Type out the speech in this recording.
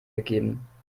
gegeben